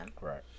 Right